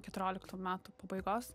keturioliktų metų pabaigos